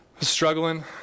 Struggling